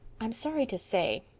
i'm sorry to say.